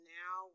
now